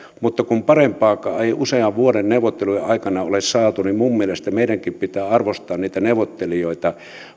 mutta kun parempaakaan ei usean vuoden neuvottelujen aikana ole saatu niin minun mielestäni meidänkin pitää arvostaa niitä neuvottelijoita